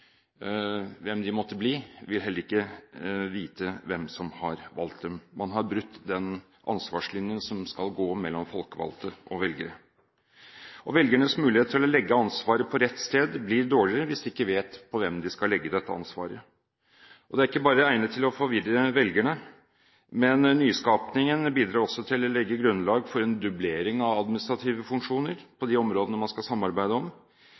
hvem de måtte bli, heller ikke vil vite hvem som har valgt dem. Man har brutt den ansvarslinjen som skal gå mellom folkevalgte og velgere. Velgernes mulighet til å legge ansvaret på rett sted blir dårligere hvis de ikke vet på hvem de skal legge dette ansvaret. Det er ikke bare egnet til å forvirre velgerne, men nyskapningen bidrar også til å legge grunnlag for en dublering av administrative funksjoner på de områdene man skal samarbeide om.